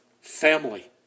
family